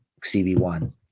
CB1